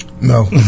No